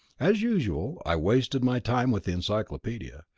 as usual, i wasted my time with the encyclopedia.